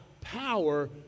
power